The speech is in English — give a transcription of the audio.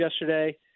yesterday